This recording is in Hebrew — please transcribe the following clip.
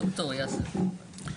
דוקטור יאסר חודג'יראת.